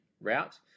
route